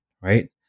right